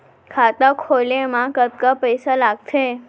खाता खोले मा कतका पइसा लागथे?